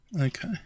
Okay